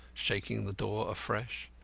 shaking the door afresh.